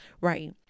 right